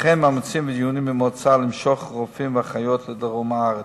וכן מאמצים ודיונים עם האוצר למשוך רופאים ואחיות לדרום הארץ.